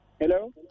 Hello